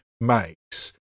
makes